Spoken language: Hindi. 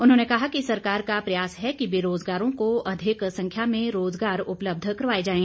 उन्होंने कहा कि सरकार का प्रयास है कि बेरोजगारों को अधिक संख्या में रोजगार उपलब्ध करवाए जाए